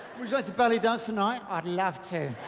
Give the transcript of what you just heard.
rejoice of belly dance tonight i'd love to